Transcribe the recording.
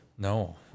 No